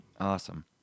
Awesome